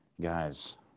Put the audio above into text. guys